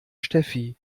steffi